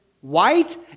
white